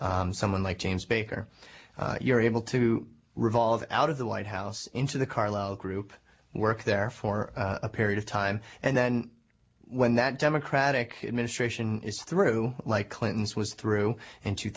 someone like james baker you're able to revolve out of the white house into the carlow group work there for a period of time and then when that democratic administration is through like clinton's was through in two